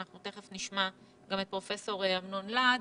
ותכף נשמע גם את פרופ' אמנון להד